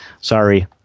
Sorry